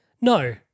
No